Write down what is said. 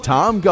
Tom